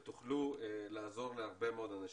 ותוכלו לעזור להרבה מאוד אנשים.